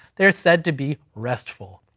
they're said to be restful.